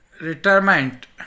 retirement